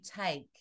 take